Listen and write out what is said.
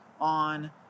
on